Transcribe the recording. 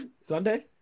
Sunday